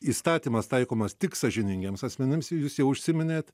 įstatymas taikomas tik sąžiningiems asmenims jūs jau užsiminėte